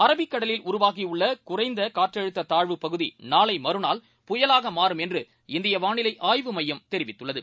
Arabic கடலில் உருவாகியுள்ளகுறைந்தகாற்றழுத்ததாழ்வுப்பகுதிநாளைமறுநாள் புயலாகமாறும் என்று இந்தியவானிலைஆய்வு மையம் தெரிவித்துள்ளது